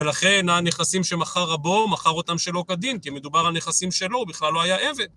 ולכן הנכסים שמכר רבו מכר אותם שלא כדין, כי מדובר על נכסים שלא, בכלל לא היה עבד.